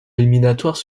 éliminatoires